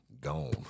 gone